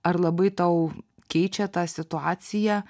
ar labai tau keičia tą situaciją